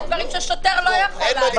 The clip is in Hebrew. יש דברים ששוטר לא יכול לעשות.